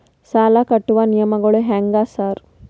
ಸಾಲ ಕಟ್ಟುವ ನಿಯಮಗಳು ಹ್ಯಾಂಗ್ ಸಾರ್?